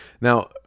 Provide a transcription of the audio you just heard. Now